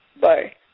Bye